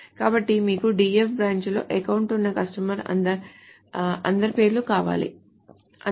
కాబట్టి మీకు DEF branch లో అకౌంట్ ఉన్న కస్టమర్స్ అందరి పేర్లు కావాలి అంతే